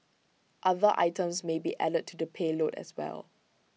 other items may be added to the payload as well